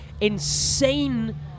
insane